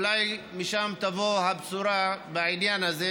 אולי משם תבוא הבשורה בעניין הזה,